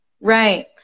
right